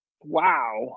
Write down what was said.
Wow